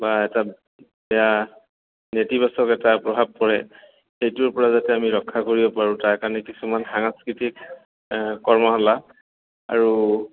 বা এটা বেয়া নেতিবাচক এটা প্ৰভাৱ পৰে সেইটোৰ পৰা যাতে আমি ৰক্ষা কৰিব পাৰোঁ তাৰ কাৰণে কিছুমান সাংস্কৃতিক কৰ্মশালা আৰু